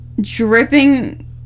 dripping